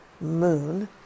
moon